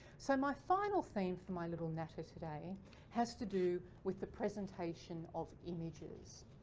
so my final theme for my little natter today has to do with the presentation of images.